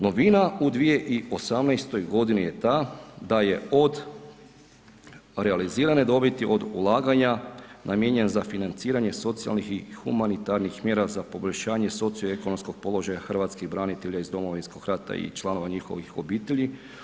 Novina u 2018.g. je ta da je od realizirane dobiti od ulaganja namijenjen za financiranje socijalnih i humanitarnih mjera za poboljšanje socioekonomskog položaja hrvatskih branitelja iz Domovinskog rata i članova njihovih obitelji.